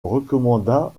recommanda